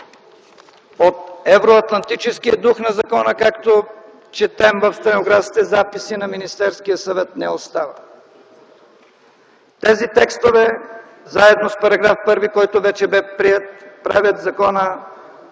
от евроатлантическия дух на закона, както четем в стенографските записи на Министерския съвет, не остава. Тези текстове, заедно с §1, който вече беше приет, правят закона